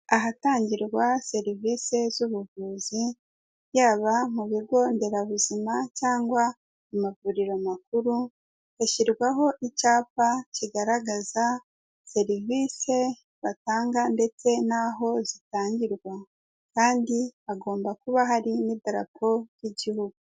Ahatangirwa serivisi z'ubuvuzi yaba mu bigo nderabuzima cyangwa amavuriro makuru, hashyirwaho icyapa kigaragaza serivisi batanga ndetse n'aho zitangirwa kandi hagomba kuba hari n'idarapo ry'igihugu.